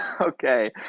okay